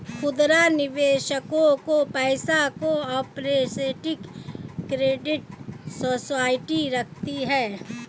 खुदरा निवेशकों का पैसा को ऑपरेटिव क्रेडिट सोसाइटी रखती है